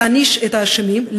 להעניש את האשמים,